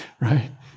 Right